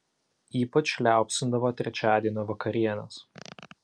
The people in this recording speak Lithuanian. ypač liaupsindavo trečiadienio vakarienes